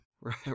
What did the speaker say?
Right